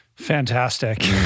Fantastic